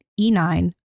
E9